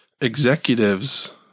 executives